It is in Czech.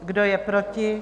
Kdo je proti?